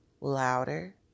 louder